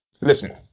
listen